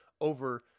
over